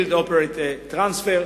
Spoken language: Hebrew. Build Operate Transfer.